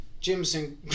Jimson